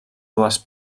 dues